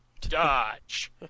Dodge